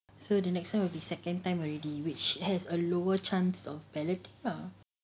so the next one will be second time already which has a lower chance of ballot